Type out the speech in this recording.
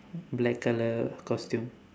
black colour costume